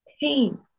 pain